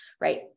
right